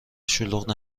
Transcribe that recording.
شلوغ